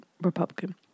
Republican